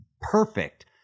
perfect